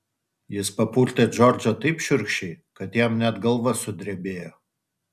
jis papurtė džordžą taip šiurkščiai kad jam net galva sudrebėjo